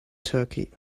turkey